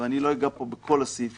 ואני לא אגע פה בכל הסעיפים,